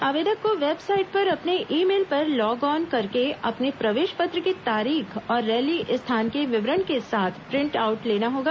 आवेदक को वेबसाइट पर अपने ई मेल पर लॉग ऑन करके अपने प्रवेश पत्र की तारीख और रैली स्थान के विवरण के साथ प्रिंट आउट लेना होगा